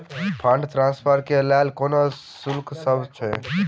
Fund transfer केँ लेल कोनो शुल्कसभ छै?